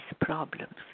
problems